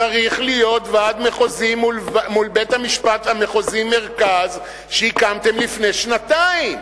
צריך להיות ועד מחוזי מול בית-המשפט המחוזי מרכז שהקמתם לפני שנתיים.